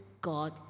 god